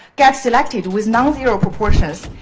get selected with non-zero proportions.